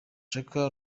chaka